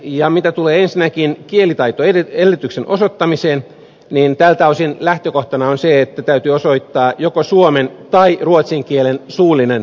ja mitä tulee ensinnäkin kielitaitoedellytyksen osoittamiseen niin tältä osin lähtökohtana on se että täytyy osoittaa joko suomen tai ruotsin kielen suullinen taito